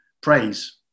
praise